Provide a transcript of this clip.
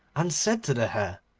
and said to the hare,